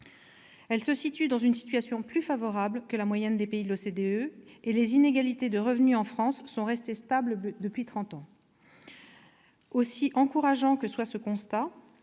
elle se situe dans une situation plus favorable que la moyenne des pays de l'OCDE et les inégalités de revenus y sont restées stables depuis trente ans. Aussi encourageant que soit ce constat,